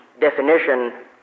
definition